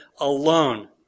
alone